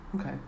Okay